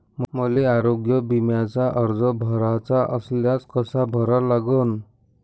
मले आरोग्य बिम्याचा अर्ज भराचा असल्यास कसा भरा लागन?